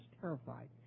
terrified